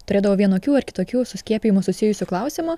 turėdavo vienokių ar kitokių su skiepijimu susijusių klausimų